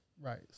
Right